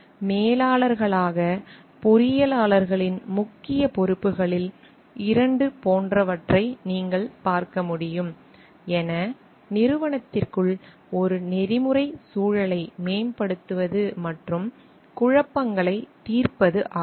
மேலாளர்களாக பொறியாளர்களின் முக்கிய பொறுப்புகளில் 2 போன்றவற்றை நீங்கள் பார்க்க முடியும் என நிறுவனத்திற்குள் ஒரு நெறிமுறை சூழலை மேம்படுத்துவது மற்றும் குழப்பங்களை த் தீர்ப்பது ஆகும்